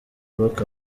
rock